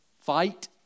Fight